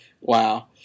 Wow